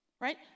Right